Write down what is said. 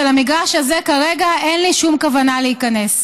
ולמגרש הזה כרגע אין לי שום כוונה להיכנס.